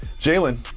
Jalen